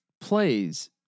plays